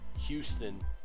Houston